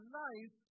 life